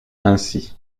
ainsi